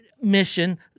mission